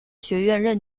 学院